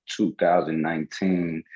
2019